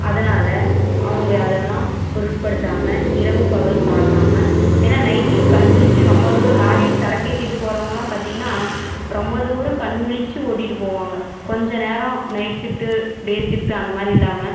அதனால் அவங்க அதெல்லாம் பொருட்படுத்தாமல் இரவு பகல் பார்க்காம ஏன்னால் நைட்லேயும் கண் விழிச்சு ரொம்ப தூரம் லாரி சரக்கு ஏற்றிட்டு போகிறவுங்கள்லாம் பார்த்திங்கன்னா ரொம்ப தூரம் கண் விழிச்சு ஓட்டிகிட்டு போவாங்க கொஞ்ச நேரம் நைட் சிஃப்ட்டு டே சிஃப்ட்டு அந்த மாதிரி இல்லாமல்